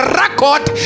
record